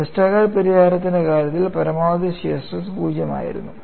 വെസ്റ്റർഗാർഡിന്റെ പരിഹാരത്തിന്റെ കാര്യത്തിൽ പരമാവധി ഷിയർ സ്ട്രെസ് 0 ആയിരുന്നു